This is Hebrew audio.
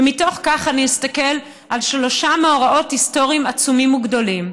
ומתוך כך אני אסתכל על שלושה מאורעות היסטוריים עצומים וגדולים: